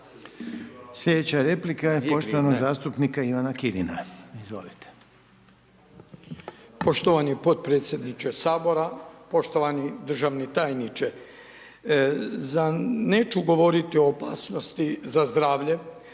Sljedeća replika je poštovanog zastupnika Ivana Kirina. Izvolite.